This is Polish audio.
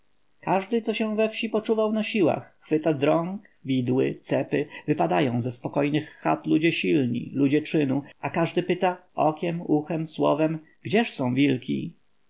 każdy co się we wsi poczuwa na siłach chwyta drąg widły cepy wypadają ze spokojnych chat ludzie silni ludzie czynu a każdy pyta okiem uchem słowem gdzież są wilki